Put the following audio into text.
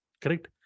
Correct